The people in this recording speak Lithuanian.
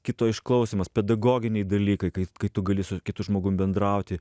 kito išklausymas pedagoginiai dalykai kai kai tu gali su kitu žmogum bendrauti